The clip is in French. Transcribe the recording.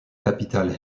capitale